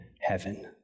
heaven